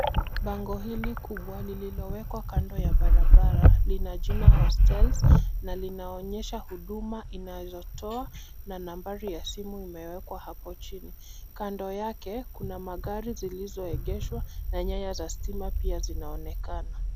Bango hili kubwa lililowekwa kando ya barabara lina jina hostels na linaonyesha huduma inazotoa na nambari ya simu imewekwa hapo chini. Kando yake kuna magari zilizoegeshwa na nyaya za stima pia zinaonekana.